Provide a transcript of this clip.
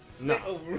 No